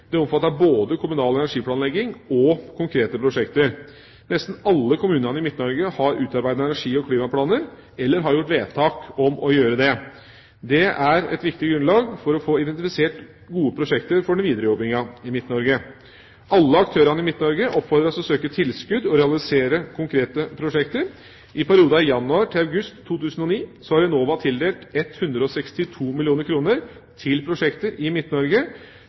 Det omfatter både kommunal energiplanlegging og konkrete prosjekter. Nesten alle kommunene i Midt-Norge har utarbeidet energi- og klimaplaner eller har gjort vedtak om å gjøre det. Det er et viktig grunnlag for å få identifisert gode prosjekter for den videre jobbinga i Midt-Norge. Alle aktørene i Midt-Norge oppfordres til å søke tilskudd og realisere konkrete prosjekter. I perioden januar–august 2009 har Enova tildelt 162 mill. kr til prosjekter i